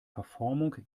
verformung